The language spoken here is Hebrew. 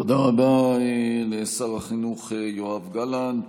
תודה רבה לשר החינוך יואב גלנט.